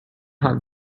have